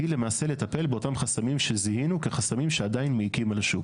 היא למעשה לטפלל באותם חסמים שזיהינו כחסמים שעדיין מעיקים על השוק.